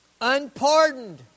Unpardoned